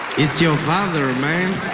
it's your father, man